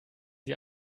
sie